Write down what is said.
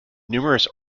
numerous